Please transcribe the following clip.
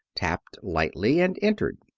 tapped lightly, and entered.